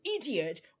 idiot